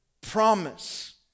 promise